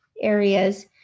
areas